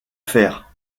faire